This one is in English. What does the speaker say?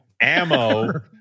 ammo